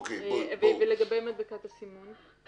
ולגבי מדבקת הסימון?